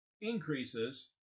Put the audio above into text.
increases